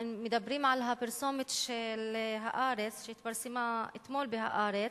מדברים על הפרסום של "הארץ" הידיעה שהתפרסמה אתמול ב"הארץ",